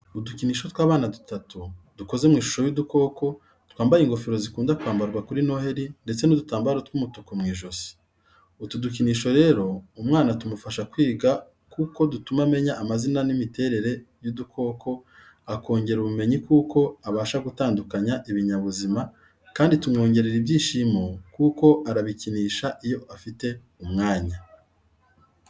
Udukinisho tw'abana dutatu dukoze mu ishusho y'udukoko, twambaye ingofero zikunda kwambarwa kuri Noheli ndetse n'udutambaro tw'umutuku mu ijosi. Utu dukinisho rero umwana tumufasha kwiga kuko dutuma amenya amazina n’imiterere y’udukoko, akongera ubumenyi kuko abasha gutandukanya ibinyabuzima kandi tumwongerera ibyishimo kuko arabikinisha iyo afite umwanya.